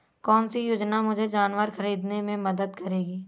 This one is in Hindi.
कौन सी योजना मुझे जानवर ख़रीदने में मदद करेगी?